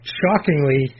shockingly